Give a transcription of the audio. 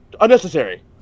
Unnecessary